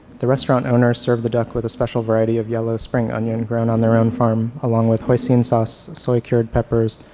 the restaurant owners serve the duck with a special variety of yellow spring onion grown on their own farm along with hoisin sauce, soy-cured peppers,